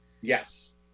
Yes